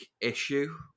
issue